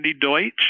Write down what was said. Deutsch